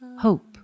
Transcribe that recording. hope